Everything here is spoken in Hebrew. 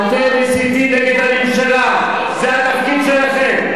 אתם מסיתים נגד הממשלה, זה התפקיד שלכם.